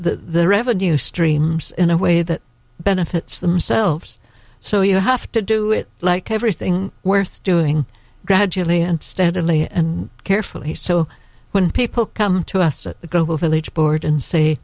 the revenue streams in a way that benefits themselves so you have to do it like everything worth doing gradually and steadily and carefully so when people come to us at the global village board and say